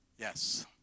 yes